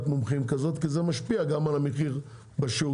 מומחים כזאת כי זה משפיע גם על המחיר בשוק,